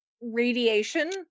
radiation